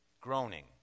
Groaning